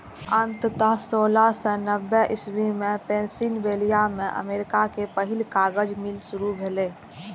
अंततः सोलह सय नब्बे इस्वी मे पेंसिलवेनिया मे अमेरिका के पहिल कागज मिल शुरू भेलै